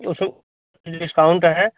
ऐसे डिस्काउंट है